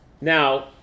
now